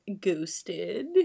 ghosted